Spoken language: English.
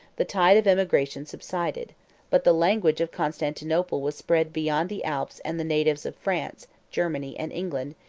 the tide of emigration subsided but the language of constantinople was spread beyond the alps and the natives of france, germany, and england,